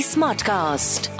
Smartcast